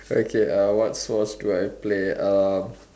okay uh what sports do I play uh